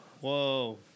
Whoa